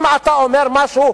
אם אתה אומר משהו,